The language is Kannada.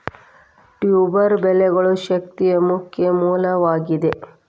ಟ್ಯೂಬರ್ ಬೆಳೆಗಳು ಶಕ್ತಿಯ ಮುಖ್ಯ ಮೂಲವಾಗಿದೆ